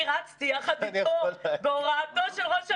אני רצתי יחד איתו בהוראתו של ראש הממשלה,